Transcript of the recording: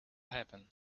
happen